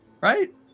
right